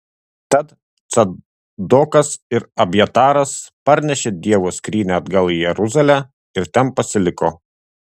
tad cadokas ir abjataras parnešė dievo skrynią atgal į jeruzalę ir ten pasiliko